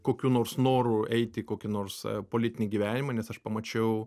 kokiu nors noru eiti į kokį nors politinį gyvenimą nes aš pamačiau